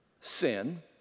sin